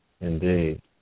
Indeed